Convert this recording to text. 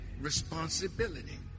responsibility